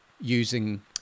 Using